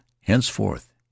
henceforth